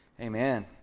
amen